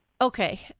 Okay